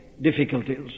difficulties